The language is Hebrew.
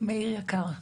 מאיר יקר,